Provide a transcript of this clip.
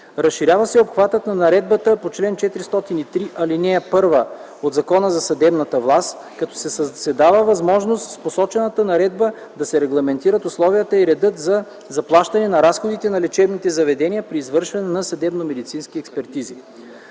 Разширява се обхватът на наредбата по чл. 403, ал. 1 от Закона за съдебната власт, като се създава възможност с посочената наредба да се регламентират условията и редът за заплащане на разходите на лечебните заведения при извършване на съдебномедицински експертизи.